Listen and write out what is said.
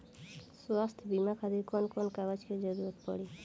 स्वास्थ्य बीमा खातिर कवन कवन कागज के जरुरत पड़ी?